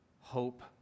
hope